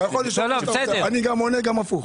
אתה יכול לשאול; אני עונה גם הפוך.